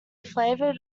flavored